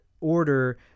order